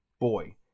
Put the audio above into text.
boy